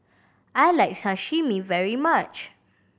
I like Sashimi very much